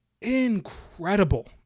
incredible